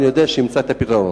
אני יודע שימצא את הפתרונות.